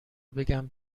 بگم